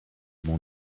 mon